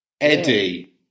Eddie